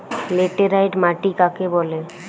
Laterite মাটি কাকে বলে?